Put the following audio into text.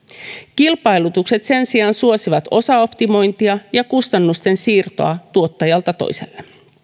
kilpailutukset sen sijaan suosivat osaoptimointia ja kustannusten siirtoa tuottajalta toiselle